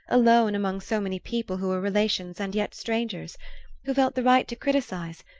alone among so many people who were relations and yet strangers who felt the right to criticise,